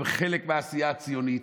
הם חלק מהעשייה הציונית.